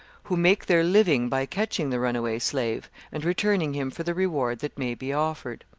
who make their living by catching the runaway slave, and returning him for the reward that may be offered.